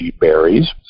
berries